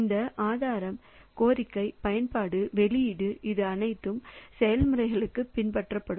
இந்த ஆதாரம் கோரிக்கை பயன்பாடு வெளியீடு இது அனைத்து செயல்முறைகளுக்கும் பின்பற்றப்படும்